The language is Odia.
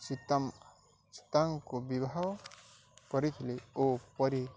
ସୀତା ସୀତାଙ୍କୁ ବିବାହ କରିଥିଲି ଓ ପରି